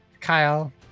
Kyle